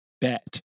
Bet